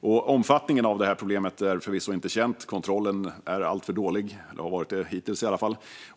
Omfattningen av detta problem är förvisso inte känd - kontrollen har hittills varit alltför dålig.